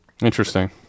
Interesting